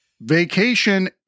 vacation